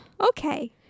okay